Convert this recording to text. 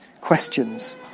questions